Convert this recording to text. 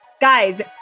Guys